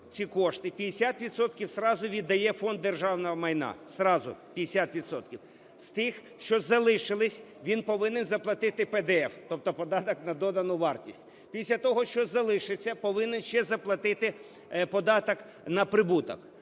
відсотків зразу віддає у Фонд державного майна, зразу 50 відсотків. З тих, що залишились, він повинен заплатити ПДФ, тобто податок на додану вартість. Після того, що залишиться, повинен ще заплатити податок на прибуток.